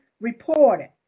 reported